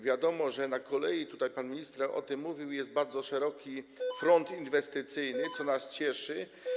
Wiadomo, że na kolei - tutaj pan minister o tym mówił - jest bardzo szeroki front inwestycyjny, co nas cieszy.